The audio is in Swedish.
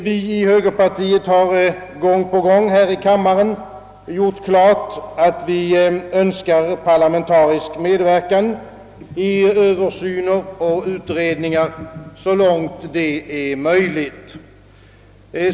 Vi i högerpartiet har här i kammaren gång på gång klargjort, att vi önskar parlamentarisk medverkan vid översyner och i utredningar, så långt detta är möjligt.